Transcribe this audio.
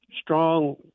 strong